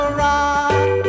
rock